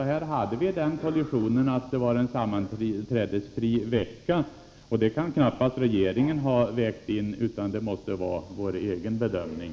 Här hade vi en kollision med en sammanträdesfri vecka, och det kan knappast regeringen ha vägt in. Att göra detta måste vara vår egen bedömning.